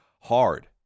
hard